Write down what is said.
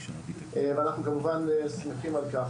ואנחנו כמובן שמחים על כך.